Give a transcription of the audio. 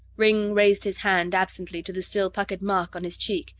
ringg raised his hand, absently, to the still-puckered mark on his cheek,